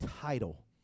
title